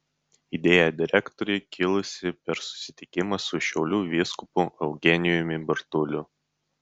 idėja direktorei kilusi per susitikimą su šiaulių vyskupu eugenijumi bartuliu